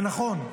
זה נכון.